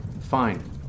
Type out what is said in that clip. Fine